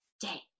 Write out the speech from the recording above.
day